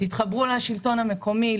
תתחברו לשלטון המקומי,